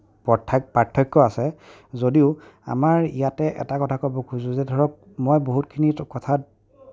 পৰ্থা পাৰ্থক্য আছে যদিও আমাৰ ইয়াতে এটা কথা ক'ব খোজোঁ যে ধৰক মই বহুতখিনি কথাত